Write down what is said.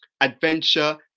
adventure